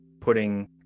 putting